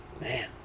Man